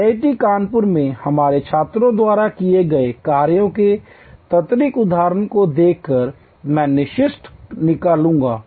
IIT Kanpur में हमारे छात्रों द्वारा किए गए कार्यों के त्वरित उदाहरणों को दिखाकर मैं निष्कर्ष निकालूंगा